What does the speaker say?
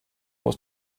was